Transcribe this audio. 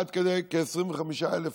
עד כדי כ-25,000 היום.